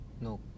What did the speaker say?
no